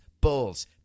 Bulls